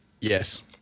Yes